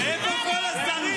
איפה כל השרים?